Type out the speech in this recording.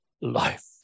life